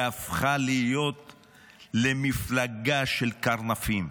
שהפכה להיות למפלגה של קרנפים.